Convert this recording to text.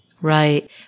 Right